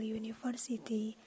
university